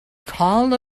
called